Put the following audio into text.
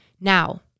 Now